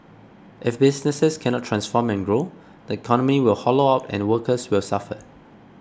if businesses cannot transform and grow the economy will hollow out and workers will suffer